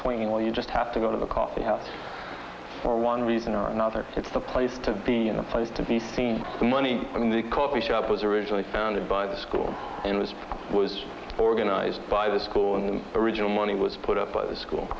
know you just have to go to the coffee house for one reason or another it's the place to be and the place to be seen the money from the coffee shop was originally founded by the school in this was organized by the school and the original money was put up by the school